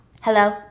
Hello